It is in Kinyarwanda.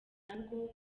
ntabwo